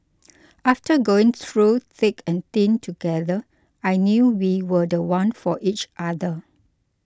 after going through thick and thin together I knew we were the one for each other